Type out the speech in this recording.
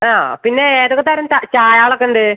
ആ പിന്നെ ഏതൊക്കെ തരം ചായകളൊക്കൊ ഉണ്ട്